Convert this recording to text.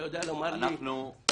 אתה יודע לומר לי איך מיישמים?